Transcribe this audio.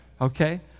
Okay